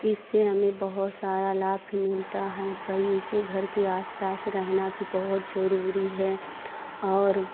इस से हमें बहुत सारा लाभ भी मिलता है बगीचे घर के आस पास रहना भी बहुत जरूरी है और